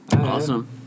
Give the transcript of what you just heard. Awesome